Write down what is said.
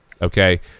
Okay